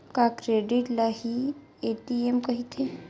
का क्रेडिट ल हि ए.टी.एम कहिथे?